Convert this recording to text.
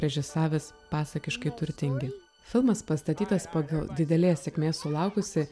režisavęs pasakiškai turtingi filmas pastatytas pagal didelės sėkmės sulaukusį